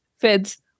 Feds